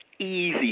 easy